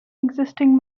existing